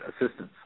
assistance